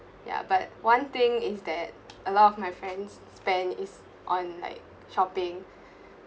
ya but one thing is that a lot of my friends spend is on like shopping